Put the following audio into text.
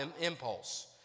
impulse